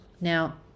Now